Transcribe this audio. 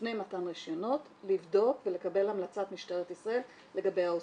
לפני מתן רישיונות לבדוק ולקבל המלצת משטרת ישראל לגבי העוסקים.